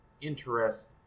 interest